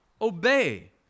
obey